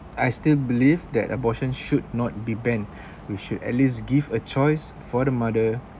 I still believe that abortion should not be banned you should at least give a choice for the mother